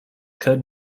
code